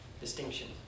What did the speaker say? distinction